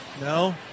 No